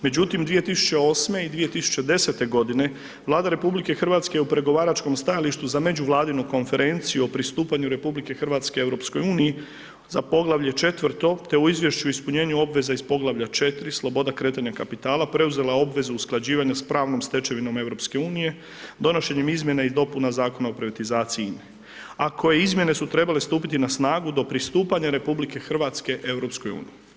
Međutim, 2008. i 2010.g. Vlada RH je u pregovaračkom stajalištu za Međuvladinu konferenciju o pristupanju RH EU, za poglavlje četvrto, te u Izvješću i ispunjenju obveza iz poglavlja 4 sloboda kretanja kapitala, preuzela obvezu usklađivanja s pravnom stečevinom EU donošenjem izmjena i dopuna Zakona o privatizaciji INA-e, a koje izmjene su trebale stupiti na snagu do pristupanja RH EU.